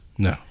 No